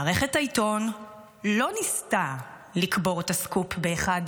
מערכת העיתון לא ניסתה לקבור את הסקופ באחד